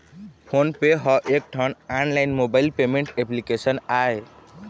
phone पे ह एकठन online mobile payment application आय